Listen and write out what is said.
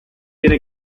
tiene